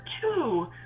two